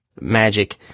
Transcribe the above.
Magic